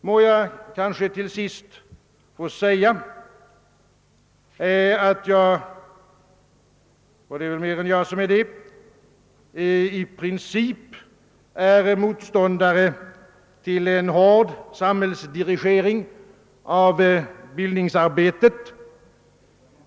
Får jag kanske till sist säga att å ena sidan är jag — och det är väl fler än jag som är det — i princip motståndare till en hård samhällsdirigering av bildningsarbetet.